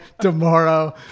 tomorrow